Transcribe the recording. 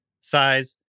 Size